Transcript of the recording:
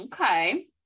okay